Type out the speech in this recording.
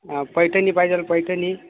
पैठणी पाहिजेल पैठणी